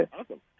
Awesome